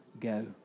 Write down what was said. go